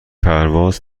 پرواز